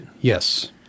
yes